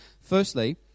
Firstly